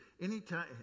Anytime